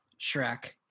Shrek